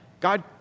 God